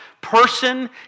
person